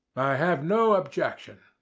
have no objection,